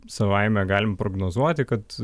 savaime galim prognozuoti kad